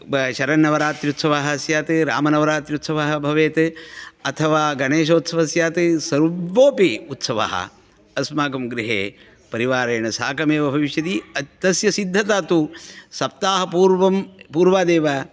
शरन्नवरात्रि उत्सवः स्यात् रामनवरात्रि उत्सवः भवेत् अथवा गणेश उत्सवः स्यात् सर्वोपि उत्सवाः अस्माकं गृहे परिवारेण साकमेव भविष्यति तस्य सिद्धता तु सप्ताह पूर्वादेव